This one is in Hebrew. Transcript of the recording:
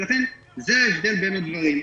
ולכן זה ההבדל בין הדברים.